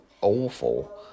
awful